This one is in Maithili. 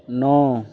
नओ